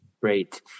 Great